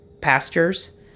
pastures